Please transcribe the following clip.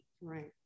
Right